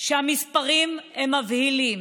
שהמספרים הם מבהילים: